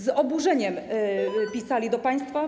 Z oburzeniem pisali do państwa.